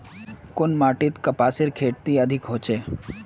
कुन माटित कपासेर खेती अधिक होचे?